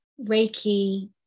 Reiki